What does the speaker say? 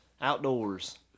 Outdoors